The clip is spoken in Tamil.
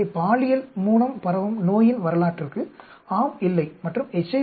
எனவே பாலியல் மூலம் பரவும் நோயின் வரலாற்றுக்கு ஆம் இல்லை மற்றும் எச்